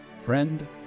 Friend